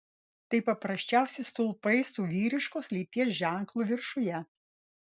tai paprasčiausi stulpai su vyriškos lyties ženklu viršuje